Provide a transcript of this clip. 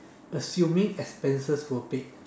assuming expenses were paid